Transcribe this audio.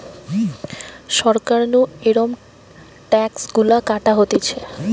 সরকার নু এরম ট্যাক্স গুলা কাটা হতিছে